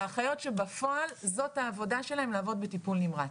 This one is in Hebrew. באחיות שבפועל זאת העבודה שלהן לעבוד בטיפול נמרץ?